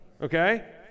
okay